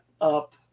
up